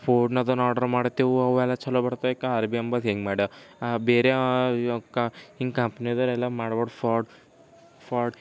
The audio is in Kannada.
ಫೋನ್ ಆಡ್ರು ಮಾಡುತ್ತೇವು ಅವೆಲ್ಲ ಛಲೋ ಬರ್ತೇಕ ಅರೆಬೆಂಬದ್ದು ಹೆಂಗೆ ಮಾಡ ಬೇರೆಕ ಹಿಂಗೆ ಕಂಪ್ನಿದವ್ರೆಲ್ಲ ಮಾಡ್ಬಾರ್ದು ಫ್ರಾಡ್ ಫಾಡ್